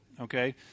okay